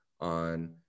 on